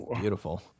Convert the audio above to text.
beautiful